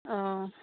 অঁ